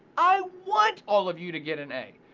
i want all of you to get an a.